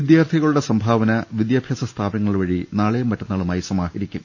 വിദ്യാർത്ഥികളുടെ സംഭാവന വിദ്യാഭ്യാസ സ്ഥാപനങ്ങൾ വഴി നാളെയും മറ്റന്നാളുമായി സമാ ഹരിക്കും